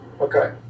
Okay